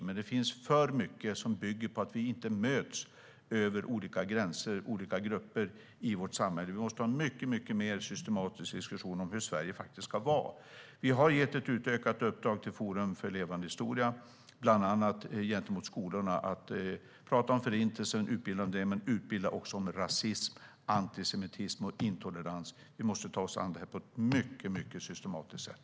Men det finns alltför mycket som bygger på att vi inte möts över olika gränser och mellan olika grupper i vårt samhälle. Vi måste ha en mycket mer systematisk diskussion om hur Sverige faktiskt ska vara. Vi har gett ett utökat uppdrag till Forum för levande historia, bland annat gentemot skolorna, att prata om Förintelsen och utbilda om den men också att utbilda om rasism, antisemitism och intolerans. Vi måste ta oss an det här på ett mycket systematiskt sätt.